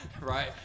Right